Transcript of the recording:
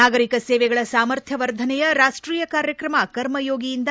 ನಾಗರಿಕ ಸೇವೆಗಳ ಸಾಮರ್ಥ್ಯವರ್ಧನೆಯ ರಾಷ್ಟೀಯ ಕಾರ್ಯಕ್ರಮ ಕರ್ಮಯೋಗಿಯಿಂದ